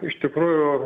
iš tikrųjų